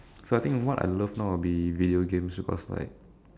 so I think what I love now will be video games because like